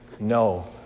No